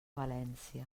valència